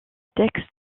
texte